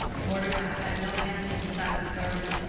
mordecai had no handsome sabbath garment,